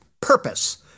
purpose